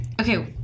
Okay